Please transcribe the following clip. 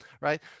right